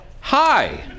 Hi